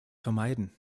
vermeiden